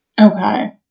Okay